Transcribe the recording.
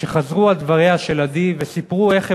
שחזרו על דבריה של עדי וסיפרו איך הם